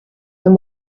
than